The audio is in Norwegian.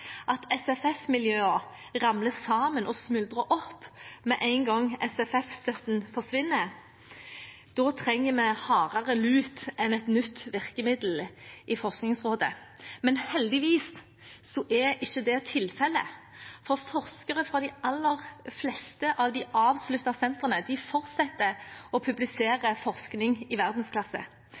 at SFF-miljøer ramler sammen og smuldrer opp med en gang SFF-støtten forsvinner, trenger vi hardere lut enn et nytt virkemiddel i Forskningsrådet. Men heldigvis er ikke det tilfellet, for forskere fra de aller fleste av de avsluttede sentrene fortsetter å publisere forskning i verdensklasse,